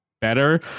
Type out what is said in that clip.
better